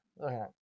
Okay